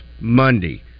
Monday